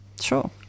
Sure